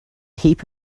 heap